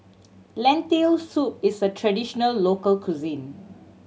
Lentil Soup is a traditional local cuisine